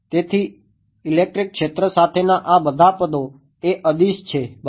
તેથી ઇલેક્ટ્રિક ક્ષેત્ર સાથેના આ બધા પદો એ અદીશ છે બરાબર